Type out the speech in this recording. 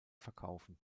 verkaufen